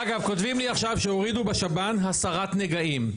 אגב, כותבים לי עכשיו שהורידו בשב"ן הסרת נגעים.